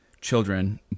children